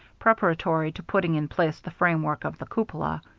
preparatory to putting in place the framework of the cupola.